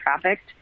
trafficked